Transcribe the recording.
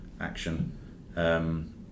action